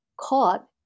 caught